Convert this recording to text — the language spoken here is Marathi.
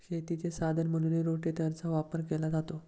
शेतीचे साधन म्हणूनही रोटेटरचा वापर केला जातो